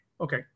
Okay